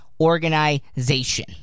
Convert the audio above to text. organization